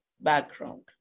background